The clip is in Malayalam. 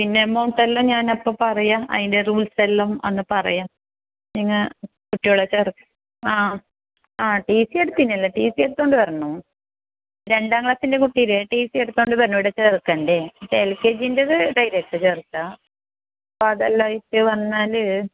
പിന്നെ എമൗണ്ട് എല്ലാം ഞാനപ്പം പറയാം അതിൻ്റെ റൂൾസ് എല്ലാം അന്ന് പറയാം നിങ്ങൾ കുട്ടികളെ ചേർക്കുക ആ ആ ടി സി എടുത്തിനല്ലോ ടി സി എടുത്ത് കൊണ്ട് വരണം രണ്ടാം ക്ലാസ്സിൻ്റെ കുട്ടിയുടെ ടി സി എടുത്തു കൊണ്ട് വരണം ഇവിടെ ചേർക്കണ്ടേ മറ്റേ എൽ ക്കേ ജീൻ്റെ ധൈര്യമായിട്ട് ചേർക്കാം അപ്പോൾ അതെല്ലാമായിട്ട് വന്നാൽ